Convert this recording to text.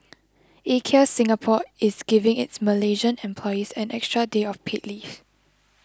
IKEA Singapore is giving its malaysian employees an extra day of paid leave